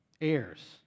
Heirs